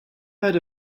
heard